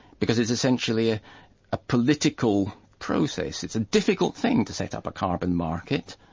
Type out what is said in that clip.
because it's essentially ah a political process, it's a difficult thing to set up a carbon market,